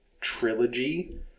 trilogy